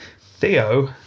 Theo